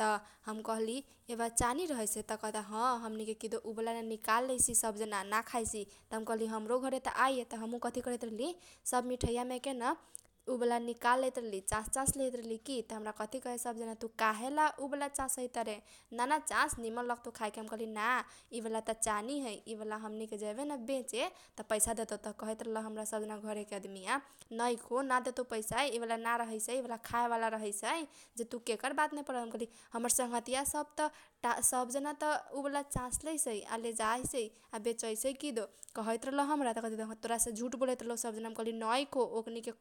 त हम कहली ए बा चानी रहैसै त कहैता ह । हमनीकेन उ वाला निकाललेइसी उ वाला ना खाइसी। त हम कहली हमरो घरे त आइए त हमहु कथी करैत रहली सब मिठाइयामेके सब वाला निकाल लेइत रहली चासचासके। त हमरा कथी कहे सब जना तु काहे उ बाला चासैत तारे नान चास उ बाला त चानी है इ बाला हमनी के जैबेन बेचे त पैसा देतौ । त कहैत रहलै घरेके सब आदमीया ना देतौ। इ बाला ना रहैसै इ बाला खाए बाला रहैसै जे तु केकर बातमे परल बारे? हम कहली संगघतीया सब त उ बाला चासो लेइसै आ उ बाला लेजाइसै आ बेचैसै किदो कहैत रहल हमरा। त किदो तोरासे सब जना झुट बोलैत रहलउ त हम कहली नैखो ओकनीके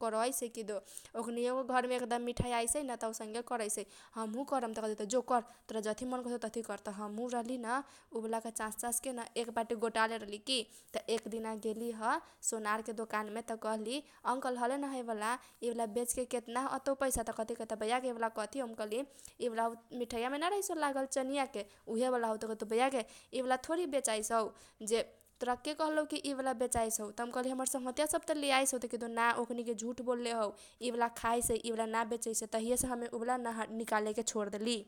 त अइसनके करैसै हमहु करम त जो तोरा जथी मन करैत हउ तथी कर । त हमहु न उ बालाके चासचासके एक बाटी गोटालेल रली की त की एकदिन गेलीह सोनार के दोकानमे त कहली अंकल हलेन हैबाला इ बाला बेचके केतना अतौ पैसा? त कथी कहैता बैयागे इ बाला कथी हौ त हम कहली इ बाला मिठाइयामे ना रहइसउ लागल चानीयाके उहे बाला हउ । त कथी कहइता बैयागे इ बाला थोरी बेचाइसउ जे तोरा के कहलउ इ बाला बेचाइसउ? त हम कहली हमर संगघतीया सब लेताइसउ । त किदो ना ओकनीके झुट बोलले हउ इ बाला खाइसइ । इ बाला ना बेचाइसइ त तहियसेन हम निकालेके छोरदेली।